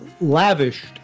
lavished